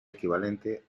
equivalente